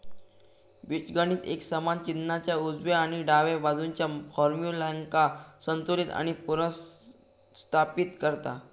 बीजगणित एक समान चिन्हाच्या उजव्या आणि डाव्या बाजुच्या फार्म्युल्यांका संतुलित आणि पुनर्स्थापित करता